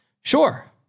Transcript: Sure